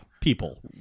people